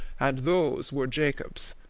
and those were jacob's.